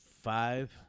five